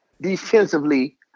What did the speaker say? defensively